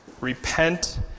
Repent